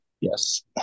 Yes